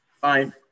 Fine